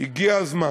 הגיע הזמן.